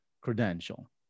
credential